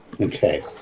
okay